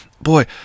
boy